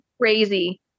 crazy